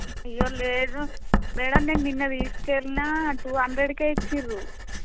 అయ్యో లేదు మేడమ్ నేను నిన్న తీసుకు వెళ్ళిన టూ హండ్రెడ్కు ఇచ్చిర్రు